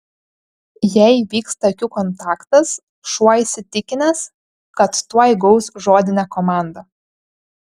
jei įvyksta akių kontaktas šuo įsitikinęs kad tuoj gaus žodinę komandą